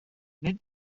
nid